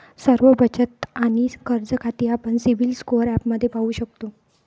सर्व बचत आणि कर्ज खाती आपण सिबिल स्कोअर ॲपमध्ये पाहू शकतो